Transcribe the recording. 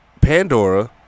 Pandora